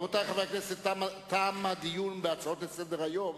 רבותי חברי הכנסת, תם הדיון בהצעות לסדר-היום.